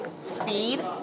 speed